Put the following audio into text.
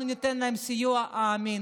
אנחנו ניתן להן סיוע אמין.